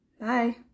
bye